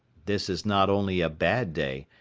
this is not only a bad day,